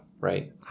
right